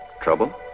trouble